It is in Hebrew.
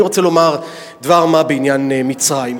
אני רוצה לומר דבר מה בעניין מצרים.